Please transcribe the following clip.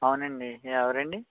అవునండి ఎవరండి